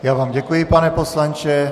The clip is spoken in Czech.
Já vám děkuji, pane poslanče.